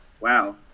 Wow